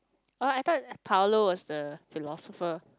oh I thought Paulo was the philosopher